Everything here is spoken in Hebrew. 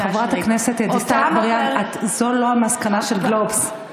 חברת הכנסת דיסטל אטבריאן, זו לא המסקנה של גלובס.